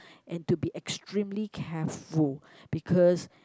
and to be extremely careful because